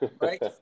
Right